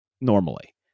normally